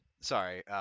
Sorry